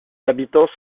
habitants